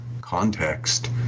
context